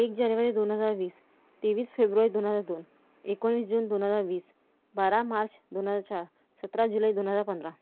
एक जानेवारी दोन हजार वीस तेवीस फेब्रुवारी दोन हजार दोन एकोणीस जून दोन हजार वीस बारा मार्च दोन हजार चार सतरा जुलै दोन हजार पंधरा